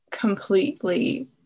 completely